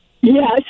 Yes